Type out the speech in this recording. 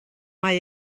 mae